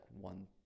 one